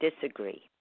disagree